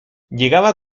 llegaba